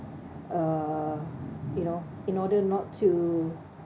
uh you know in order not to